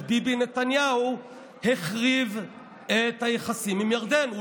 ביבי נתניהו החריב את היחסים עם ירדן?